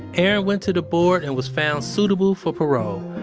erin went to the board and was found suitable for parole,